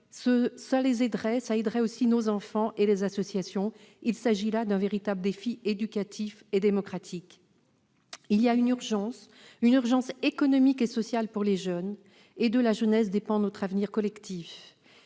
Cela aiderait la jeunesse, mais aussi nos enfants et les associations. Il s'agit là d'un véritable défi éducatif et démocratique. Il y a une urgence, une urgence économique et sociale pour les jeunes ; de la jeunesse dépend notre avenir collectif.